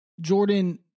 Jordan